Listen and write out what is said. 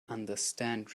understand